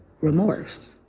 remorse